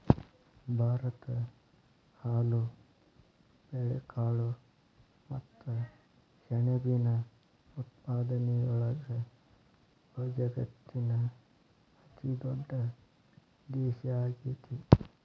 ಭಾರತ ಹಾಲು, ಬೇಳೆಕಾಳು ಮತ್ತ ಸೆಣಬಿನ ಉತ್ಪಾದನೆಯೊಳಗ ವಜಗತ್ತಿನ ಅತಿದೊಡ್ಡ ದೇಶ ಆಗೇತಿ